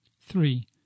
three